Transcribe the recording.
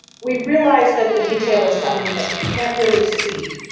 we realize that the detail is something that you can't really see,